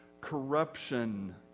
corruption